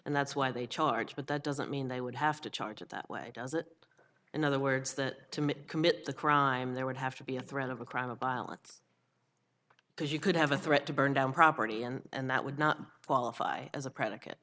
and that's why they charge but that doesn't mean they would have to charge it that way does it in other words that to commit the crime there would have to be a threat of a crime of violence because you could have a threat to burn down property and that would not qualify as a pr